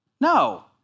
No